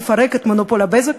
לפרק את המונופול "בזק".